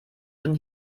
denn